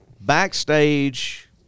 Backstage